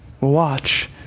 Watch